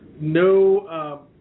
no